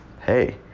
hey